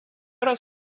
раз